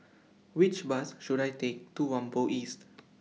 Which Bus should I Take to Whampoa East